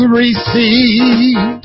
receive